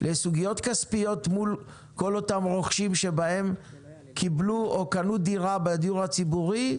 לסוגיות כספיות מול כל אותם רוכשים שקיבלו או קנו דירה בדיור הציבורי,